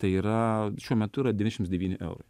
tai yra šiuo metu yra devyniasdešimt devyni eurai